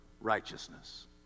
righteousness